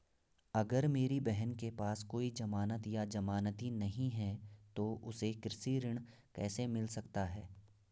अगर मेरी बहन के पास कोई जमानत या जमानती नहीं है तो उसे कृषि ऋण कैसे मिल सकता है?